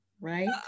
Right